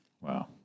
Wow